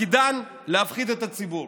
שתפקידן להפחיד את הציבור.